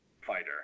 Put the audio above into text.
fighter